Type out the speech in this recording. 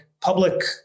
public